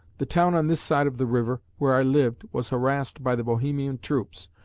the town on this side of the river where i lived was harassed by the bohemian troops,